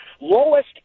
Lowest